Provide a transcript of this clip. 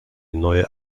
neue